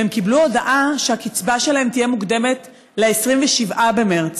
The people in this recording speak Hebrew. והם קיבלו הודעה שהקצבה שלהם תהיה מוקדמת ל-27 במרס.